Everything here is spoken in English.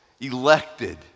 elected